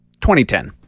2010